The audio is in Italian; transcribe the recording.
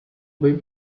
ben